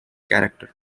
character